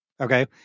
okay